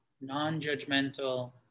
non-judgmental